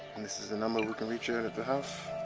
this is the number we can reach you at at the house.